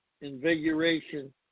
invigoration